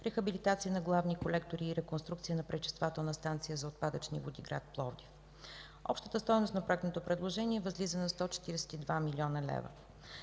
рехабилитация на главния колектор и реконструкция на пречиствателна станция за отпадъчни води – град Пловдив. Общата стойност на проектното предложение възлиза на 142 млн. лв.